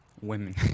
Women